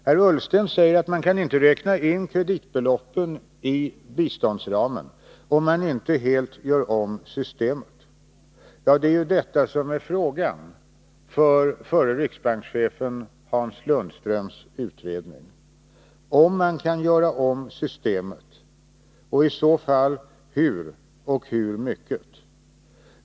Herr Ullsten säger att man inte kan räkna in kreditbeloppen i biståndsramen om man inte helt gör om systemet. Ja, det är detta som är frågan för förre riksbankschefen Hans Lundströms utredning, dvs. om man kan göra om systemet och i så fall hur och hur mycket.